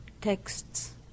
texts